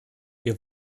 wir